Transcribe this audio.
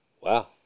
Wow